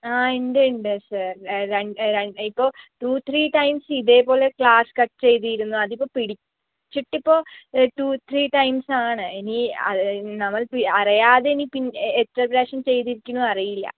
ആ ഉണ്ട് ഉണ്ട് സർ രൺ ഇപ്പോൾ ടു ത്രീ ടൈംസ് ഇതേപോലെ ക്ലാസ്സ് കട്ട് ചെയ്തിരുന്നു അതിപ്പോൾ പിടിച്ചിട്ടിപ്പോൾ ടു ത്രീ ടൈംസാണ് ഇനി അ നമ്മൾ അറിയാതെ ഇനി പിന്നെ എത്ര പ്രാവശ്യം ചെയ്തിരിക്കുന്നു അറിയില്ല